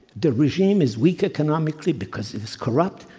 the regime is weak economically because it is corrupt,